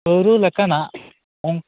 ᱯᱟ ᱣᱨᱟ ᱞᱮᱠᱟᱱᱟᱜ ᱚᱝ